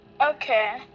Okay